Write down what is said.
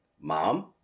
Mom